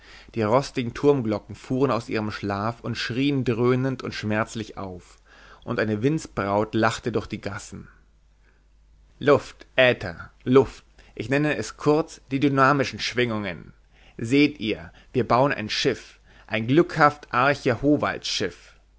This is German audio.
die rostigen turmglocken fuhren aus ihrem schlaf und schrien dröhnend und schmerzlich auf und eine windsbraut lachte durch die gassen luft äther luft ich nenne es kurz die dynamischen schwingungen seht ihr wir bauen ein schiff ein glückhaft